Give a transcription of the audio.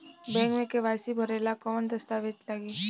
Bank मे KYC भरेला कवन दस्ता वेज लागी?